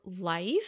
life